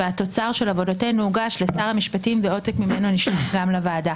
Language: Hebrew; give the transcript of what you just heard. והתוצר של עבודתנו הוגש לשר המשפטים ועותק ממנו נשלח גם לוועדה.